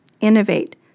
innovate